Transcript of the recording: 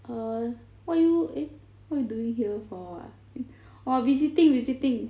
err what you eh what you doing here for ah orh visiting visiting